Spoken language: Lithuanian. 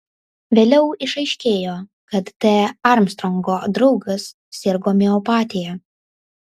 vėliau išaiškėjo kad t armstrongo draugas sirgo miopatija